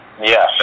Yes